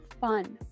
fun